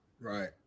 Right